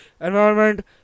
environment